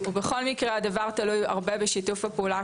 ובכל מקרה הדבר תלוי מאוד בשיתוף הפעולה